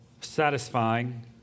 satisfying